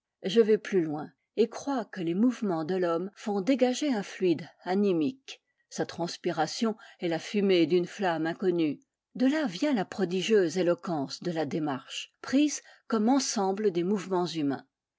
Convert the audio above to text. je vais plus loin et crois que les mouvements de l'homme font dégager un fluide animique sa transpiration est la fumée d'une flamme inconnue de là vient la prodigieuse éloquence de la démarche prise comme ensemble des mouvements humains